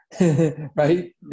Right